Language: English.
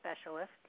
specialist